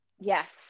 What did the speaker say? Yes